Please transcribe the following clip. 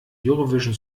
eurovision